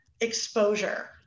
exposure